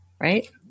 right